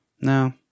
No